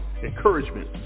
encouragement